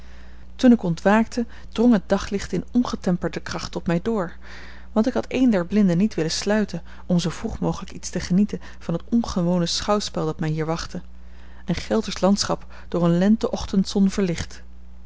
toen ik ontwaakte drong het daglicht in ongetemperde kracht tot mij door want ik had een der blinden niet willen sluiten om zoo vroeg mogelijk iets te genieten van het ongewone schouwspel dat mij hier wachtte een geldersch landschap door een lente ochtendzon verlicht